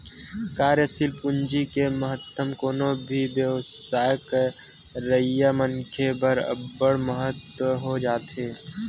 कार्यसील पूंजी के महत्तम कोनो भी बेवसाय करइया मनखे बर अब्बड़ के महत्ता हो जाथे